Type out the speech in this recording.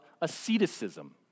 asceticism